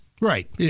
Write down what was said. Right